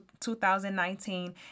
2019